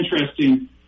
interesting